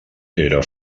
era